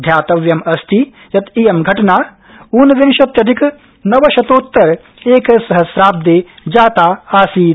ध्यातव्यम् अस्ति यत् इयं घटना ऊनविंशत्यधिक नवशतोत्तर एकसहस्राब्दे जाता आसीत्